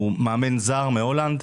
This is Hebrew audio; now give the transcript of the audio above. הוא מאמן זר מהולנד.